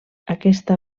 aquesta